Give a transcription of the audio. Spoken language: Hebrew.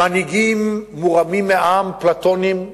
מנהיגים מורמים מעם, אפלטונים,